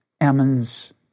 Ammon's